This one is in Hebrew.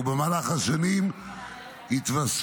ובמהלך השנים התווספו